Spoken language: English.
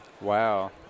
Wow